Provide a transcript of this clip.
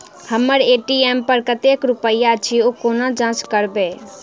हम्मर ए.टी.एम पर कतेक रुपया अछि, ओ कोना जाँच करबै?